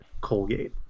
Colgate